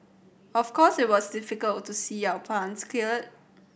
of course it was difficult to see our plants